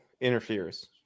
interferes